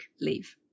leave